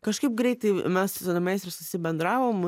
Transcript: kažkaip greitai mes su ta meistre susibendravom